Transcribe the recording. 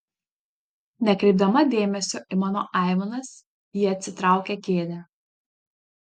nekreipdama dėmesio į mano aimanas ji atsitraukia kėdę